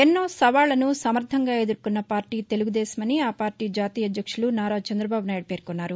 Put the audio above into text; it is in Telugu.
ఎన్నో సవాళ్లను సమర్దంగా ఎదుర్కొన్న పార్టీ తెలుగుదేశమని ఆ పార్టీ జాతీయ అధ్యక్షులు నారా చంద్రబాబునాయుడు తెలిపారు